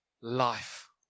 life